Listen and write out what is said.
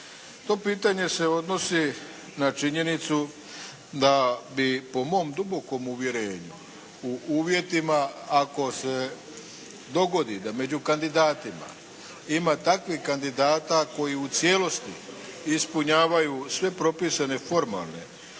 To pitanje se odnosi na činjenicu da bi po mom dubokom uvjerenju u uvjetima ako se dogodi da među kandidatima ima takvih kandidata koji u cijelosti ispunjavaju sve propisane formalne